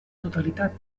totalitat